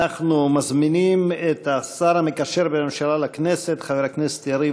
אנחנו מזמינים את השר המקשר בין הממשלה לכנסת חבר הכנסת יריב